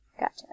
Gotcha